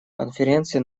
конференции